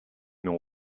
mais